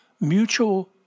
mutual